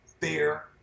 fair